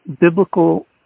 biblical